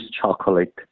chocolate